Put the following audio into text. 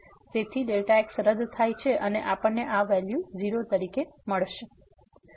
તેથી x રદ થાય છે અને આપણને આ વેલ્યુ 0 તરીકે મળશે